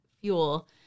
fuel